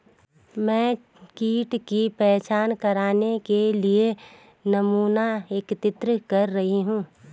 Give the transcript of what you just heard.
मैं कीट की पहचान करने के लिए नमूना एकत्रित कर रही हूँ